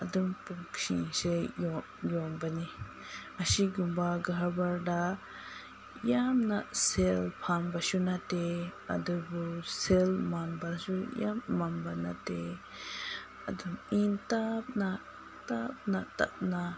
ꯑꯗꯨꯝ ꯄꯣꯠꯁꯤꯡꯁꯦ ꯌꯣꯟ ꯌꯣꯟꯕꯅꯤ ꯑꯁꯤꯒꯨꯝꯕ ꯀꯔꯕꯥꯔꯗ ꯌꯥꯝꯅ ꯁꯦꯜ ꯐꯪꯕꯁꯨ ꯅꯠꯇꯦ ꯑꯗꯨꯕꯨ ꯁꯦꯜ ꯃꯥꯡꯕꯁꯨ ꯌꯥꯝ ꯃꯥꯡꯕ ꯅꯠꯇꯦ ꯑꯗꯨꯝ ꯏꯪ ꯇꯞꯅ ꯇꯞꯅ ꯇꯞꯅ